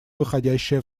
выходящее